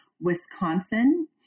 Wisconsin